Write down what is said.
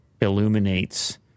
illuminates